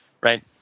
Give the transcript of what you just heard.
Right